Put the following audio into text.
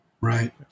Right